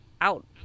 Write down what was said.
out